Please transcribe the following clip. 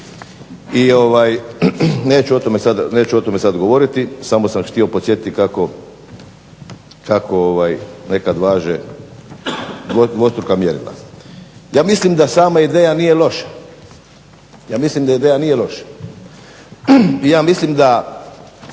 i neću o tome sad govoriti, samo sam htio podsjetiti kako nekad važe dvostruka mjerila. Ja mislim da sama ideja nije loša i ja mislim da u Hrvatskoj treba svu pamet